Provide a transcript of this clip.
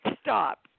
stop